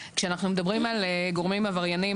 כשאנחנו מדברים על גורמים עברייניים,